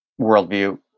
worldview